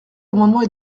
amendements